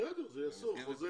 בסדר, אז שיעשו חוזה.